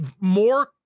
more